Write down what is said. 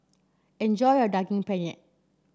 enjoy your Daging Penyet